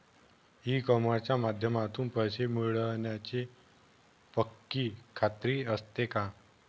E कॉमर्सच्या माध्यमातून पैसे मिळण्याची पक्की खात्री असते का?